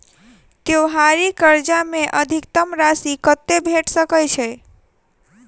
त्योहारी कर्जा मे अधिकतम राशि कत्ते भेट सकय छई?